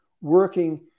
working